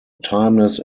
timeless